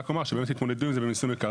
אני רק אומר שהתמודדו עם זה במיסוי מקרקעין,